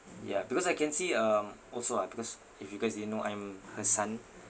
ya because I can see um also ah because if you guys didn't know I'm her son